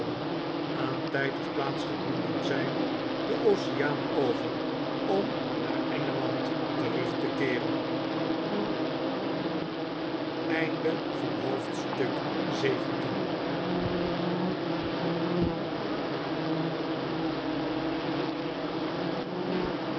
aan tijd of plaats gebonden zijn den oceaan over om naar engeland terug te keeren